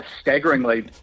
staggeringly